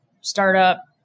startup